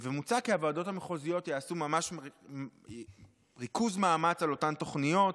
ומוצע כי הוועדות המחוזיות יעשו ריכוז מאמץ על אותן תוכניות,